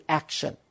action